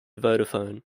vodafone